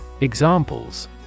Examples